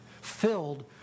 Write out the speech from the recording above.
Filled